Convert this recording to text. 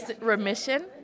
remission